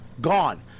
Gone